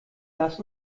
lass